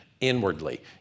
inwardly